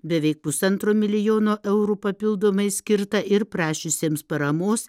beveik pusantro milijono eurų papildomai skirta ir prašiusiems paramos